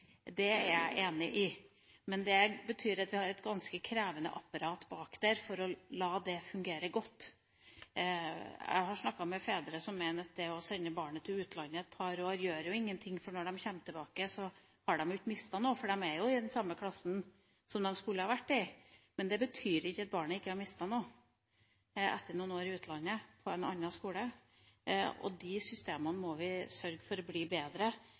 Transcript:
Det er jeg enig i. Men det betyr at vi må ha et ganske krevende apparat bak for at det skal fungere godt. Jeg har snakket med fedre som mener at det å sende barnet til utlandet et par år gjør ingenting, for når de kommer tilbake, har de ikke mistet noe, for de er jo i den samme klassen som de skulle vært i. Men det betyr ikke at barnet ikke har mistet noe etter noen år i utlandet på en annen skole. De systemene må vi sørge for blir bedre, for vi kommer til å